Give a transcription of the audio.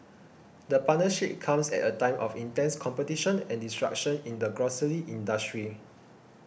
the partnership comes at a time of intense competition and disruption in the grocery industry